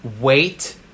wait